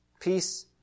Peace